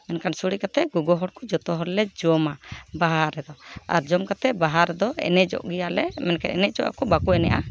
ᱢᱮᱱᱠᱷᱟᱱ ᱥᱳᱲᱮ ᱠᱟᱛᱮᱫ ᱜᱚᱜᱚ ᱦᱚᱲ ᱠᱚ ᱡᱚᱛᱚ ᱦᱚᱲᱞᱮ ᱡᱚᱢᱼᱟ ᱵᱟᱦᱟ ᱨᱮᱫᱚ ᱟᱨ ᱡᱚᱢ ᱠᱟᱛᱮᱫ ᱵᱟᱦᱟ ᱨᱮᱫᱚ ᱮᱱᱮᱡᱚᱜ ᱜᱮᱭᱟᱞᱮ ᱢᱮᱱᱠᱷᱟᱱ ᱮᱱᱮᱡᱚᱜᱼᱟᱠᱚ ᱵᱟᱠᱚ ᱮᱱᱮᱡᱚᱜᱼᱟ